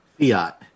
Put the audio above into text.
Fiat